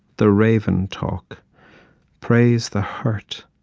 the raven talk praise the hurt,